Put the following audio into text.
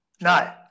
No